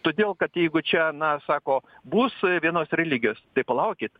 todėl kad jeigu čia na sako bus vienos religijos tai palaukit